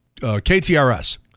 KTRS